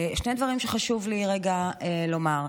שני דברים שחשוב לי רגע לומר,